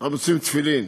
הם רוצים תפילין,